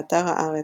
באתר הארץ,